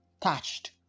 touched